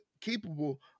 capable